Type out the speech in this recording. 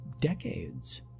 decades